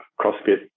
crossfit